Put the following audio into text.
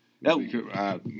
No